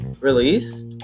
released